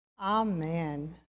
Amen